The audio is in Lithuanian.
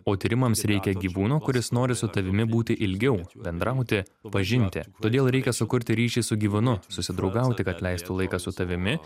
o tyrimams reikia gyvūno kuris nori su tavimi būti ilgiau bendrauti pažinti todėl reikia sukurti ryšį su gyvūnu susidraugauti kad leistų laiką su tavimi